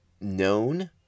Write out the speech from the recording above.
known